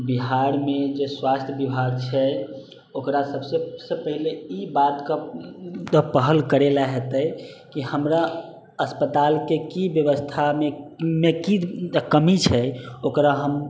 बिहारमे जे स्वास्थ्य विभाग छै ओकरा सबसे सबसे पहले ई बातके पहल करै लऽ होएत कि हमरा अस्पतालके की व्यवस्थामे की कमी छै ओकरा हम